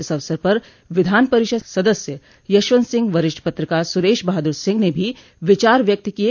इस अवसर पर विधान परिषद सदस्य यशंवत सिंह वरिष्ठ पत्रकार सुरेश बहादुर सिंह ने भी विचार व्यक्त किये